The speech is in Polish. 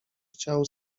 chciał